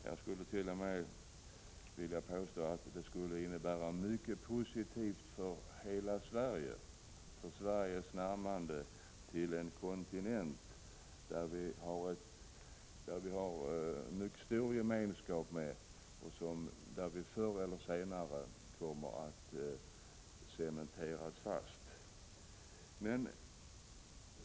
Jag skulle t.o.m. vilja påstå att det skulle innebära mycket positivt för hela Sverige, för Sveriges närmande till en kontinent som vi har mycket stor gemenskap med och till vilken vi förr eller senare kommer att cementeras fast.